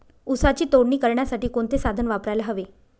ऊसाची तोडणी करण्यासाठी कोणते साधन वापरायला हवे?